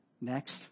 Next